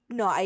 no